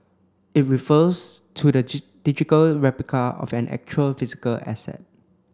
it refers to the digital replica of an actual physical asset